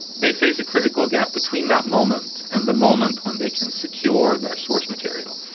they face a critical gap between that moment and the moment when they can secure their source material.